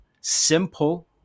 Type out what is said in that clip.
simple